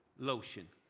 lotion.